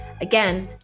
Again